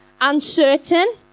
uncertain